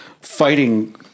fighting